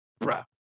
Bruh